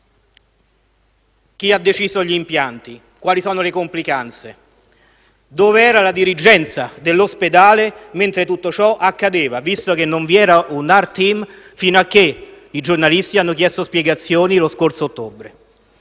Chi ha deciso gli impianti? Quali sono le complicanze? Dov'era la dirigenza dell'ospedale mentre tutto ciò accadeva, visto non vi era un *heart team* finché i giornalisti hanno chiesto spiegazioni lo scorso ottobre?